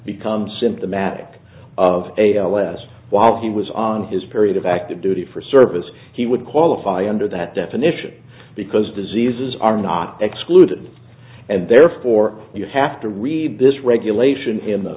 become symptomatic of a less while he was on his period of active duty for service he would qualify under that definition because diseases are not excluded and therefore you have to read this regulation in the